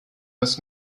was